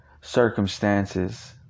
circumstances